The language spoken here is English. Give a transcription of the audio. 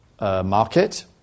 market